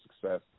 success